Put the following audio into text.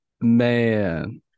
Man